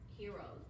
heroes